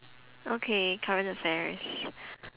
okay current affairs